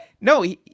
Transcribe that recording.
no